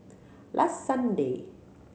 last Sunday